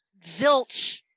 zilch